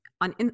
on